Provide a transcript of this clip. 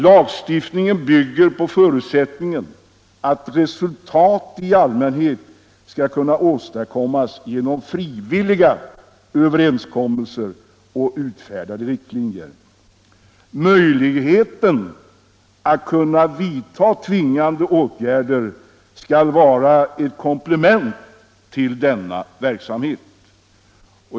Lagstiftningen bygger på förutsättningen att resultat i allmänhet skall kunna åstadkommas genom frivilliga överenskommelser och utfärdade riktlinjer. Möjligheten att vidta tvingande åtgärder skall vara ett komplement till denna verksamhet.